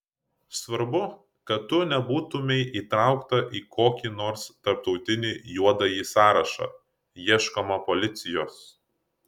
svarbu kad tu nebūtumei įtraukta į kokį nors tarptautinį juodąjį sąrašą ieškoma policijos